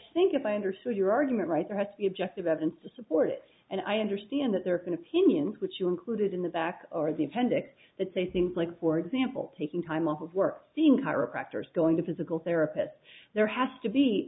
think a binder so your argument right there has to be objective evidence to support it and i understand that there can opinions which you included in the back or the appendix that say things like for example taking time off of work seen chiropractors going to physical therapist there has to be